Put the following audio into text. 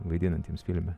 vaidinantiems filme